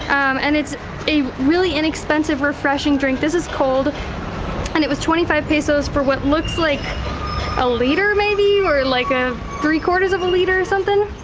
and it's a really inexpensive, refreshing drink. this is cold and it was twenty five pesos for what looks like a liter maybe? or like a three-quarters of a liter or something.